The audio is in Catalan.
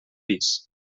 pis